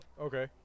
Okay